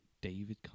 David